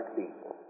people